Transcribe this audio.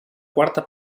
quarta